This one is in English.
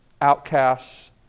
outcasts